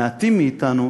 מעטים מאתנו,